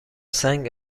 سنگ